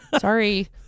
Sorry